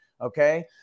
Okay